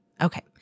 Okay